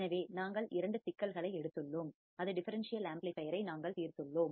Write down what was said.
எனவே நாங்கள் இரண்டு சிக்கல்களை எடுத்துள்ளோம் அதில் டிஃபரண்சியல் ஆம்ப்ளிபையரை நாங்கள் தீர்த்துள்ளோம்